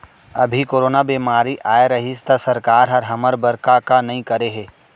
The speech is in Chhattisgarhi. अभी कोरोना बेमारी अए रहिस त सरकार हर हमर बर का का नइ करे हे